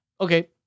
okay